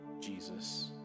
Jesus